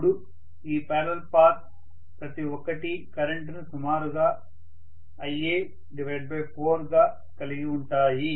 అప్పుడు ఈ parallel paths ప్రతి ఒక్కటి కరెంట్ ను సుమారు Ia4 గా కలిగి ఉంటాయి